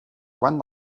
one